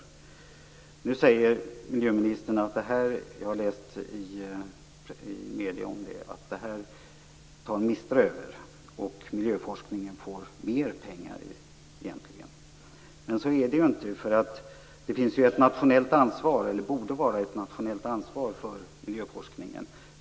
Jag har läst i medierna att miljöministern säger att Mistra kommer att ta över den här forskningen och att miljöforskningen egentligen får mer pengar, men så är det inte. Miljöforskningen borde vara ett nationellt ansvar.